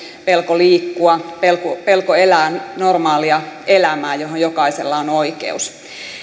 pelko liikkua pelko pelko elää normaalia elämää johon jokaisella on oikeus